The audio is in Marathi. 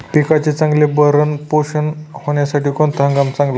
पिकाचे चांगले भरण पोषण होण्यासाठी कोणता हंगाम चांगला असतो?